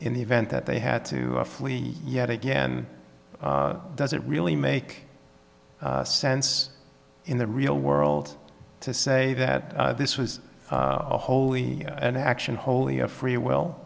in the event that they had to flee yet again doesn't really make sense in the real world to say that this was wholly an action wholly a free will